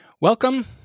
Welcome